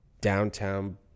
Downtown